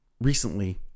recently